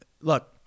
look